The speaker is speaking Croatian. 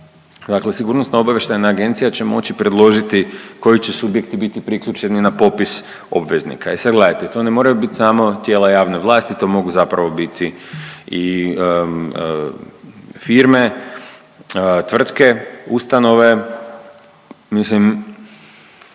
dakle Sigurnosno-obavještajna agencija će moći predložiti koji će subjekti biti priključeni na popis obveznika. I sad gledajte, to ne moraju bit samo tijela javne vlasti, to mogu biti i firme, tvrtke, ustanove. Mislim